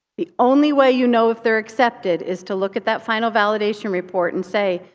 the only way you know if they're accepted is to look at that final validation report and say,